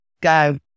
Go